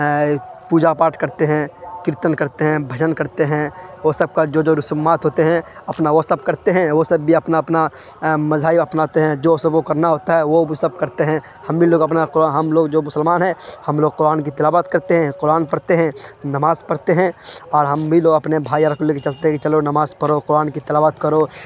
پوجا پاٹھ کرتے ہیں کیرتن کرتے ہیں بھجن کرتے ہیں وہ سب کا جو جو رسومات ہوتے ہیں اپنا وہ سب کرتے ہیں وہ سب بھی اپنا اپنا مذاہب اپناتے ہیں جو سب وہ کرنا ہوتا ہے وہ بھی سب کرتے ہیں ہم بھی لوگ اپنا ہم لوگ جو مسلمان ہیں ہم لوگ قرآن کی تلاوت کرتے ہیں قرآن پڑھتے ہیں نماز پڑتے ہیں اور ہم بھی لوگ اپنے بھائی اور کو لے کے چلتے ہیں کہ چلو نماز پرھو قرآن کی تلاوت کرو